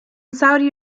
saudi